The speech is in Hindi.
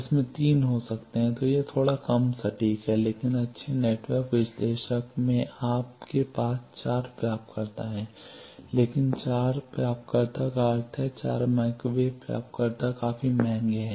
इसमें 3 हो सकते हैं तो यह थोड़ा कम सटीक है लेकिन अच्छे नेटवर्क विश्लेषक में आपके पास 4 प्राप्तकर्ता हैं लेकिन 4 प्राप्तकर्ता का अर्थ है 4 माइक्रोवेव प्राप्तकर्ता काफी महंगे हैं